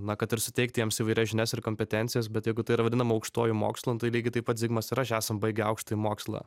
na kad ir suteikti jiems įvairias žinias ir kompetencijas bet jeigu tai yra vadinama aukštuoju mokslu lygiai taip pat zigmas ir aš esam baigę aukštąjį mokslą